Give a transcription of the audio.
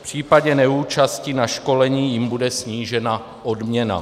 V případě neúčasti na školení jim bude snížena odměna.